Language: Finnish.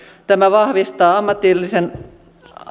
tämä vahvistaa ammatillisen